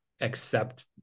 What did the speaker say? accept